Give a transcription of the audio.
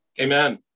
amen